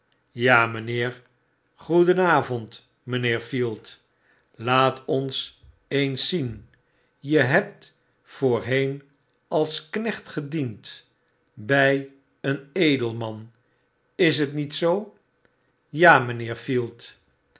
ja mynheer goeden avond mynheer field laat ons eens zien je hebt voorheen als knecht gediend by een edelman is het niet zoo ja mynheer field